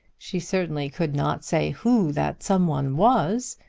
she certainly could not say who that some one was.